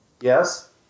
Yes